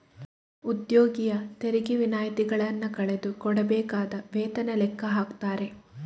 ಉದ್ಯೋಗಿಯ ತೆರಿಗೆ ವಿನಾಯಿತಿಗಳನ್ನ ಕಳೆದು ಕೊಡಬೇಕಾದ ವೇತನ ಲೆಕ್ಕ ಹಾಕ್ತಾರೆ